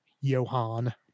Johan